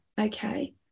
Okay